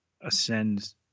ascend